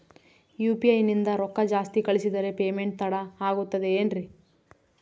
UPI ನಿಂದ ರೊಕ್ಕ ಜಾಸ್ತಿ ಕಳಿಸಿದರೆ ಪೇಮೆಂಟ್ ತಡ ಆಗುತ್ತದೆ ಎನ್ರಿ?